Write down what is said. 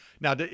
Now